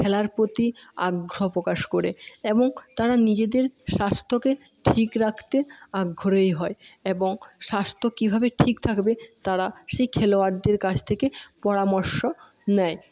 খেলার প্রতি আগ্রহ প্রকাশ করে এবং তারা নিজেরদের স্বাস্থ্যকে ঠিক রাখতে আগ্রহী হয় এবং স্বাস্থ্য কীভাবে ঠিক থাকবে তারা সেই খেলোয়াড়দের কাছ থেকে পরামর্শ নেয়